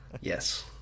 Yes